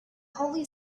holy